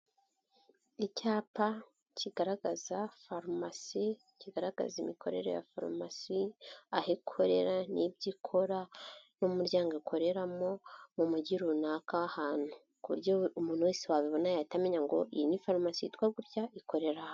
Icyapa kigaragaza farumasi, kigaragaza imikorere ya farumasi, aho ikorera n'ibyo ikora n'umuryango ukoreramo mu mugi runaka ahantu ku buryo umuntu wese wabibona yahita amenya ngo iyi ni farumasi yitwa gutya ikorera aha.